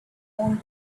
own